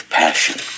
passion